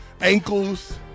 ankles